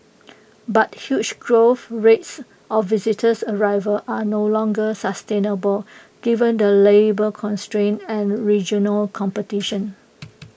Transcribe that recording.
but huge growth rates of visitors arrivals are no longer sustainable given the labour constraints and regional competition